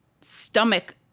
stomach